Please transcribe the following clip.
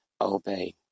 Obey